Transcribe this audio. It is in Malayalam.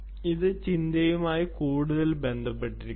ഇത് ചിന്തയുമായി കൂടുതൽ ബന്ധപ്പെട്ടിരിക്കുന്നു